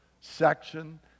section